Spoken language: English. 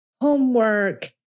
homework